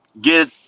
get